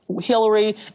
Hillary